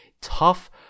tough